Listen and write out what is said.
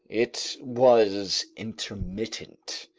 it was intermittent.